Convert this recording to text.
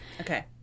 Okay